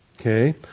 Okay